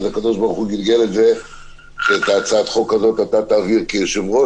אז הקדוש ברוך הוא גלגל את זה שאת הצעת החוק הזאת אתה תעביר כיושב-ראש,